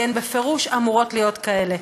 כי הן בפירוש אמורות להיות כאלה.